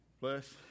Bless